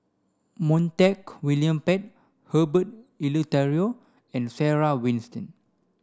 Montague William Pett Herbert Eleuterio and Sarah